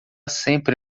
sempre